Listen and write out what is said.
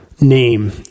name